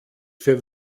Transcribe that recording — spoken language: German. für